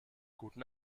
guten